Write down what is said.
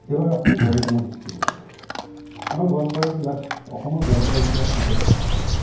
এইবাৰ আহোঁ বড়ো জনগোষ্ঠীৰ কাৰণে আমাৰ গোৱালপাৰা জিলাত অসমৰ গোৱালপাৰা জিলাত বিশেষকে